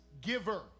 giver